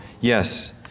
yes